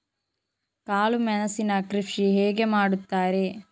ಕಾಳು ಮೆಣಸಿನ ಕೃಷಿ ಹೇಗೆ ಮಾಡುತ್ತಾರೆ?